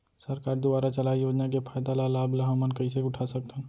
सरकार दुवारा चलाये योजना के फायदा ल लाभ ल हमन कइसे उठा सकथन?